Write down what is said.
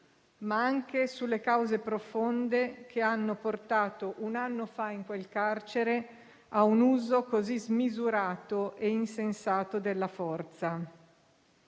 ma anche sulle cause profonde che hanno portato, un anno fa in quel carcere, a un uso così smisurato e insensato della forza.